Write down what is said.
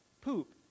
Poop